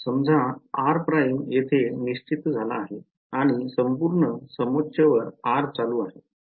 समजा r prime येथे निश्चित झाला आहे आणि संपूर्ण समोच्च वर r चालू आहे